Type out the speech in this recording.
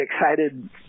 excited